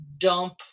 dump